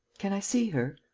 can i see her?